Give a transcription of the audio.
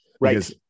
right